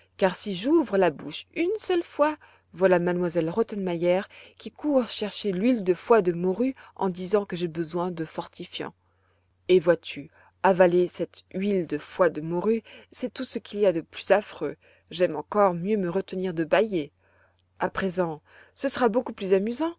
car si j'ouvre la bouche une seule fois voilà m elle rottenmeier qui court chercher l'huile de foie de morue en disant que j'ai besoin de fortifiants et vois-tu avaler cette huile de foie de morue c'est tout ce qu'il y a de plus affreux j'aime encore mieux me retenir de baîller a présent ce sera beaucoup plus amusant